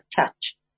touch